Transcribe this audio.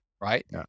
Right